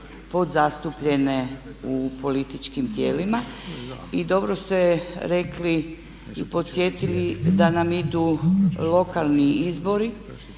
podzastupljene u političkim tijelima. I dobro ste rekli i podsjetili da nam idu lokalni izbori